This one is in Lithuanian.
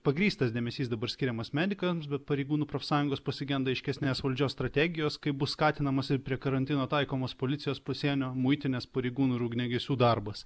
pagrįstas dėmesys dabar skiriamas medikams bet pareigūnų profsąjungos pasigenda aiškesnės valdžios strategijos kaip bus skatinamas ir prie karantino taikomas policijos pasienio muitinės pareigūnų ir ugniagesių darbas